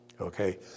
okay